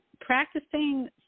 practicing